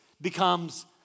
becomes